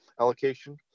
allocation